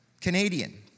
Canadian